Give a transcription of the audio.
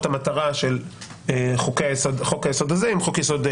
המטרה של חוק-היסוד הזה עם חוק-יסוד: